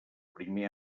primer